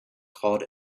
called